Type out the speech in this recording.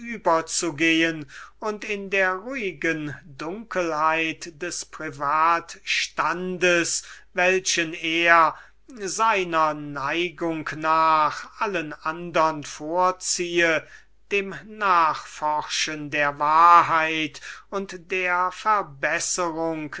um in der ruhigen dunkelheit des privatstandes welchen er seiner neigung nach allen andern vorziehe dem nachforschen der wahrheit und der